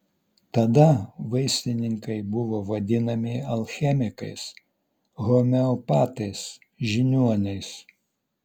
tada vaistininkai buvo vadinami alchemikais homeopatais žiniuoniais